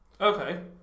okay